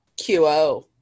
QO